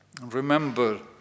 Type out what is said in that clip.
remember